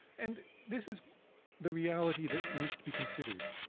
and this is the reality that needs to be considered,